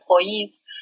employees